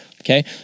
Okay